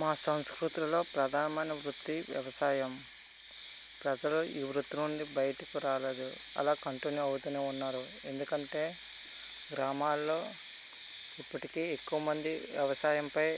మా సంస్కృతులలో ప్రధానమైన వృత్తి వ్యవసాయం ప్రజలు ఈ వృత్తి నుండి బయటకు రాలేదు అలా కంటిన్యూ అవుతు ఉన్నారు ఎందుకంటే గ్రామాలలో ఇప్పటికి ఎక్కువ మంది వ్యవసాయంపై